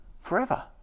forever